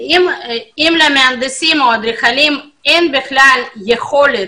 אם למהנדסים או לאדריכלים אין יכולת